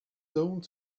zoned